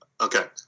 Okay